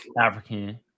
African